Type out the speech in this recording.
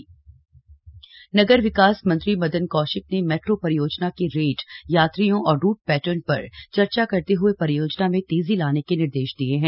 Uttarakhand metro परियोजना नगर विकास मंत्री मदन कौशिक ने मेट्रो परियोजना के रेट यात्रियों और रूट पैटर्न पर चर्चा करते हुए परियोजना में तेजी लाने के निर्देश दिये हैं